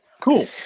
Cool